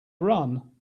run